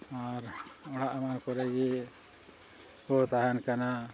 ᱟᱨ ᱚᱲᱟᱜ ᱮᱢᱟᱱ ᱠᱚᱨᱮ ᱜᱮᱠᱚ ᱛᱟᱦᱮᱱ ᱠᱟᱱᱟ